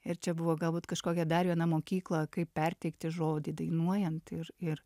ir čia buvo galbūt kažkokią dar vieną mokyklą kaip perteikti žodį dainuojant ir ir